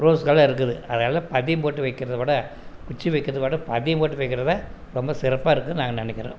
ரோஸ்கெலாம் இருக்குது அதெல்லாம் பதியம் போட்டு வைக்கிறத விட குச்சி வைக்கிறத விட பதியம் போட்டு வைக்கிறது தான் ரொம்ப சிறப்பாக இருக்கும்ன்னு நாங்கள் நினக்கிறேன்